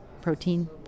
protein